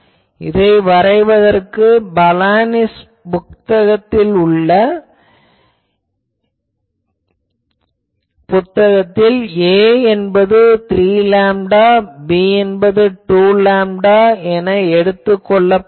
இதை வரைவதற்கு பலானிஸ் புத்தகத்தில் 'a' என்பது 3 லேம்டா b என்பது 2 லேம்டா என எடுத்துக் கொள்ளப்பட்டது